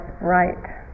right